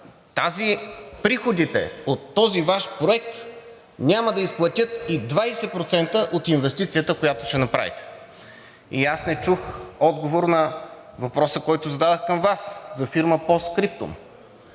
Тоест приходите от този Ваш проект няма да изплатят и 20% от инвестицията, която ще направите. И аз не чух отговор на въпроса, който зададох към Вас – за фирма